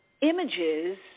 images